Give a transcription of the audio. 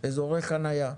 אזורי חניה.